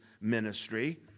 ministry